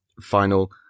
final